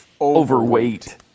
Overweight